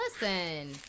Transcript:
listen